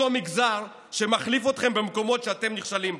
אותו מגזר שמחליף אתכם במקומות שאתם נכשלים בהם.